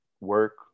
work